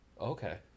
Okay